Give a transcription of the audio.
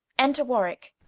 enter warwicke.